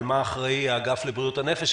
על מה אחראי האגף לבריאות הנפש,